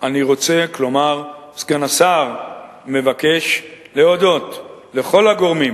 אני רוצה, כלומר סגן השר מבקש להודות לכל הגורמים